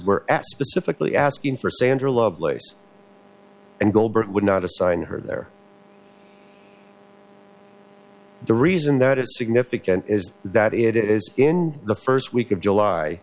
were specifically asking for sandra lovelace and goldberg would not assign her there the reason that is significant is that it is in the first week of july